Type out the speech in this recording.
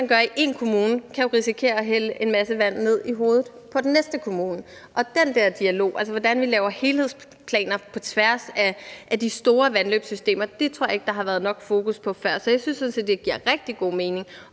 det, man gør i en kommune, jo kan risikere at betyde, at der bliver hældt en masse vand i hovedet på den næste kommune, og den der dialog, altså spørgsmålet om, hvordan vi laver helhedsplaner på tværs af de store vandløbssystemer, tror jeg ikke der har været nok fokus på før. Så jeg synes sådan set, at det giver rigtig god mening